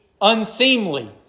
unseemly